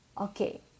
okay